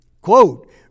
Quote